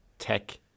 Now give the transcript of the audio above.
tech